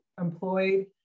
employed